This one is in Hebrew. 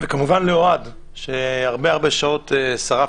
וכמובן לאוהד ששרף אתנו הרבה הרבה שעות.